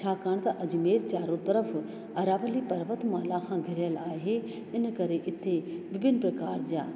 छाकाणि त अजमेर चारो तर्फ़ु अरावली पर्वत माला खां घिरियलु आहे इन करे हिते विभिन्न प्रकार जा